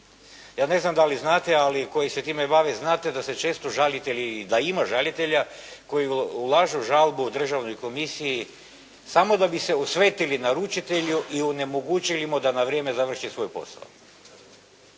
Ja ne znam da li znate, ali koji se time bave znate da se često žalitelji i da ima žalitelja koji ulažu žalbu u Državnoj komisiji samo da bi se osvetili naručitelju i onemogućili mu da na vrijeme završi svoj posao.